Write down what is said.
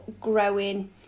growing